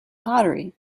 pottery